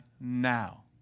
now